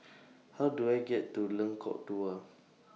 How Do I get to Lengkok Dua